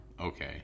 okay